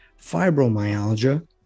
fibromyalgia